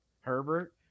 Herbert